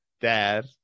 dad